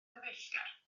cyfeillgar